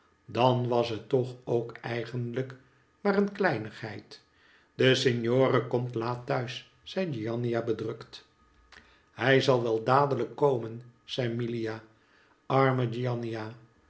dan was het toch ook eigenlijk maar een kleinigheid de signore komt laat thuis zei giannina bedrukt hij zal wel dadehjk komen zei milia arme